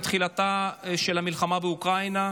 עם תחילתה של המלחמה באוקראינה,